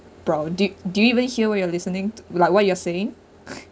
bro do you do you even hear what you're listening to like what you are saying